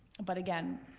but again,